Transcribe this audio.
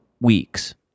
weeks